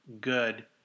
good